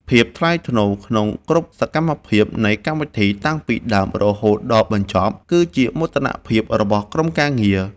ភាពថ្លៃថ្នូរក្នុងគ្រប់សកម្មភាពនៃកម្មវិធីតាំងពីដើមរហូតដល់បញ្ចប់គឺជាមោទនភាពរបស់ក្រុមការងារ។